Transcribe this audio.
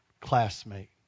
classmate